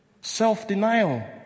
Self-denial